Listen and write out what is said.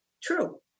true